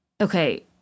okay